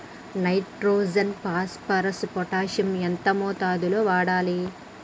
Nitrogen phosphorus potassium ఎంత మోతాదు లో వాడాలి?